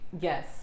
yes